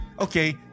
Okay